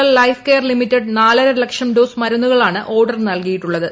L life care limited നാലര ലക്ഷം dose മരുന്നുകളാണ് ഓർഡർ ചെയ്തിട്ടുളളത്